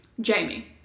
Jamie